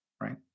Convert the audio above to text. right